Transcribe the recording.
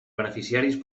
beneficiaris